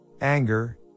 anger